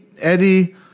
Eddie